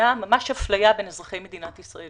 מייצרים אפליה בין אזרחי מדינת ישראל.